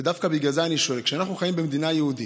ודווקא בגלל זה אני שואל: כשאנחנו חיים במדינה יהודית,